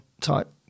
type